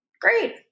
Great